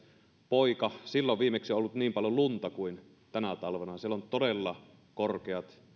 poika on ollut niin paljon lunta kuin tänä talvena siellä on todella korkeat